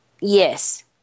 Yes